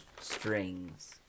strings